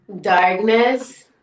darkness